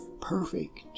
perfect